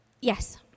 Yes